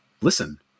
listen